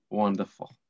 wonderful